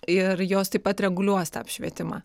ir jos taip pat reguliuos tą apšvietimą